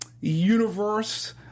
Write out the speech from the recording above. universe